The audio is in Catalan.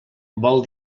vol